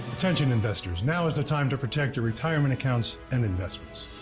attention, investors. now is the time to protect your retirement accounts and investments.